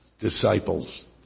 disciples